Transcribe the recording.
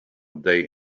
day